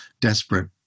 desperate